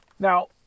Now